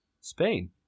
Spain